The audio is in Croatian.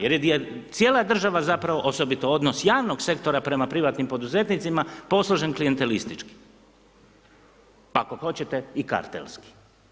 Jer je cijela država zapravo osobito javnog sektora prema privatnim poduzetnicima, posložen klijentelistički pa ako hoćete i kartelski.